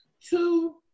Two